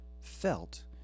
felt